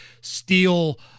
steal